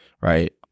right